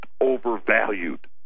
overvalued